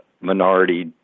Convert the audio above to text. minority